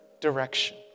direction